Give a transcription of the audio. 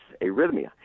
arrhythmia